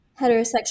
heterosexual